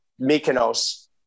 Mykonos